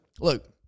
Look